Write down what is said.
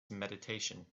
meditation